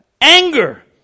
anger